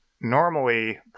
Normally